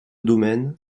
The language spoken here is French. domaine